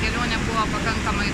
kelionė buvo pakankamai